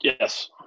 Yes